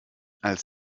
als